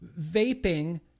Vaping